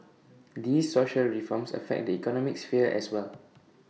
these social reforms affect the economic sphere as well